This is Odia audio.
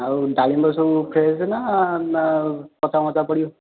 ଆଉ ଡାଳିମ୍ବ ସବୁ ଫ୍ରେସ ନା ପଚା ମଚା ପଡ଼ିବ